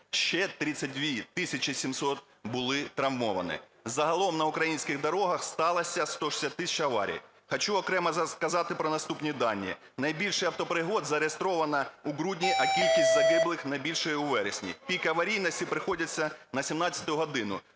Ще 32 тисячі 700 були травмовані. Загалом на українських дорогах сталося 160 тисяч аварій. Хочу окремо сказати про наступні дані. Найбільше автопригод зареєстровано у грудні, а кількість загиблих найбільша у вересні. Пік аварійності приходиться на 17 годину,